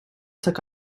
took